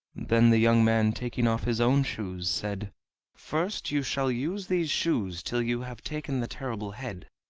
then the young man, taking off his own shoes, said first, you shall use these shoes till you have taken the terrible head,